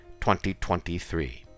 2023